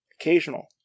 Occasional